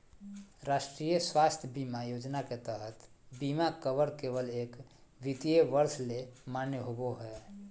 राष्ट्रीय स्वास्थ्य बीमा योजना के तहत बीमा कवर केवल एक वित्तीय वर्ष ले मान्य होबो हय